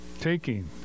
taking